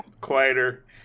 quieter